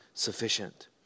Sufficient